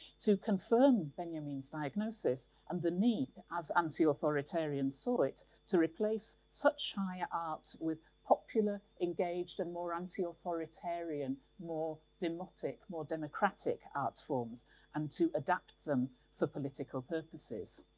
to confirm benjamin's diagnosis, and the need, as anti-authoritarians saw it, to replace such high art with popular, engaged, and more anti-authoritarian, more democratic more democratic art forms and to adapt them for political purposes.